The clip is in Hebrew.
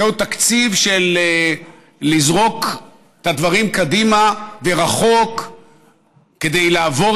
זהו תקציב של לזרוק את הדברים קדימה ורחוק כדי לעבור